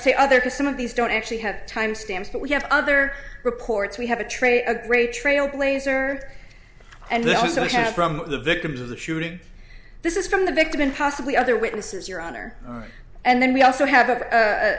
say other cars some of these don't actually have time stamps but we have other reports we have a trade a great trailblazer and we also have from the victims of the shooting this is from the victim and possibly other witnesses your honor and then we also have